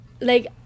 like-